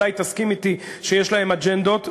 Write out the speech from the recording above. ודאי תסכים אתי שיש להם אג'נדות.